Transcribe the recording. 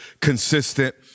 consistent